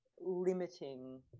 limiting